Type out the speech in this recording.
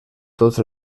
tots